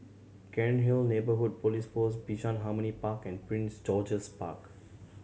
Cairnhill Neighbourhood Police Post Bishan Harmony Park and Prince George's Park